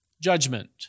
judgment